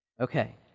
Okay